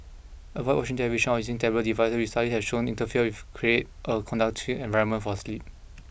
avoid watching television or using tablet devices which studies have shown interfere if create a conductive environment for sleep